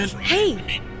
Hey